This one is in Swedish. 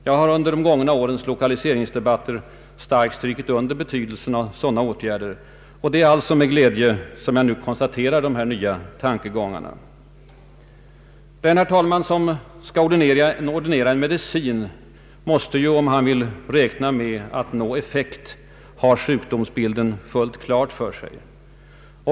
Jag har under de gångna årens lokaliseringsdebatter starkt strukit under betydelsen av sådana åtgärder, och det är alltså med glädje som jag nu konstaterar dessa nya tankegångar. Den, herr talman, som skall ordinera en medicin måste, om han vill räkna med att nå effekt, ha sjukdomsbilden fullt klar för sig.